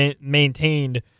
maintained